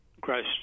gross